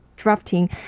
drafting